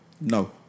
No